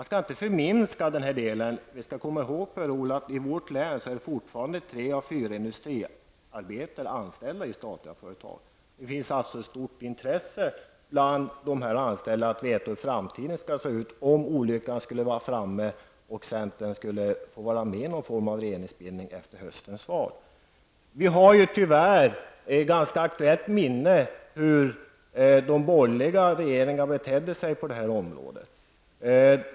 Det finns ingen anledning att påstå att betydelsen av statliga företag minskar. Låt oss komma ihåg att i vårt län är fortfarande tre av fyra industriarbetare anställda i statliga företag. De anställda har också ett stort intresse av att få veta hur deras framtid kommer att te sig om olyckan är framme och centern får ingå i en regering efter höstens val. Vi har ett ganska klart minne av hur de borgerliga regeringarna tyvärr betedde sig på detta område.